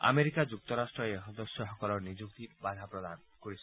America যুক্তৰাট্টই এই সদস্যসকলৰ নিযুক্তিত বাধা প্ৰদান কৰিছে